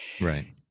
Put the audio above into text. Right